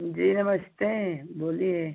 जी नमस्ते बोलिए